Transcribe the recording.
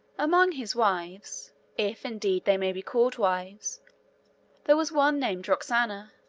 among his wives if, indeed, they may be called wives there was one named roxana,